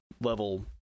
level